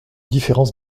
différence